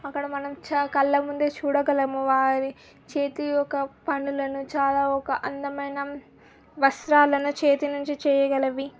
అక్కడ మనం కళ్ళ ముందే చూడగలము వారి చేతియొక్క పనులను చాలా ఒక అందమైన వస్త్రాలను చేతి నుంచి చేయగలవి